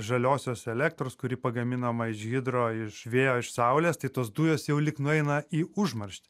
žaliosios elektros kuri pagaminama iš hidro iš vėjo iš saulės tai tos dujos jau lyg nueina į užmarštį